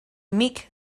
meek